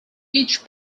each